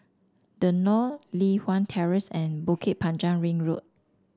The Knolls Li Hwan Terrace and Bukit Panjang Ring Road